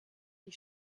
die